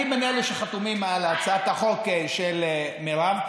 אני בין אלה שחתומים על הצעת החוק של מירב,